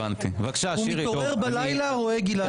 הוא מתעורר בלילה, רואה גלעד קריב.